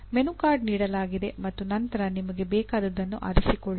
menu card ನೀಡಲಾಗಿದೆ ಮತ್ತು ನಂತರ ನಿಮಗೆ ಬೇಕಾದುದನ್ನು ಆರಿಸಿಕೊಳ್ಳಿ